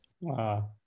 Wow